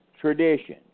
tradition